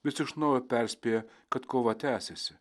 vis iš naujo perspėja kad kova tęsiasi